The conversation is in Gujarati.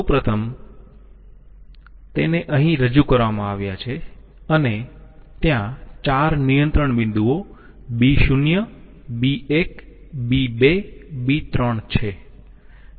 સૌ પ્રથમ તો તેને અહી રજૂ કરવામાં આવ્યા છે અને ત્યાં 4 નિયંત્રણ બિંદુઓ B0 B1 B2 B3 છે